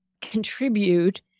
contribute